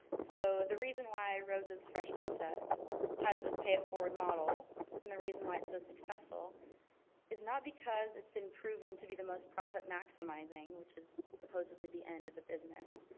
so the reason why rosa's fresh pizza has this pay it forward model and the reason why it's so successful is not because it's been proven to be the most profit maximizing, which is supposedly the end of the business,